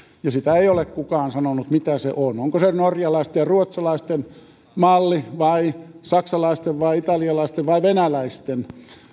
ja sitä ei ole kukaan sanonut mitä se on onko se norjalaisten ja ruotsalaisten malli vai saksalaisten vai italialaisten vai venäläisten